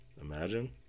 Imagine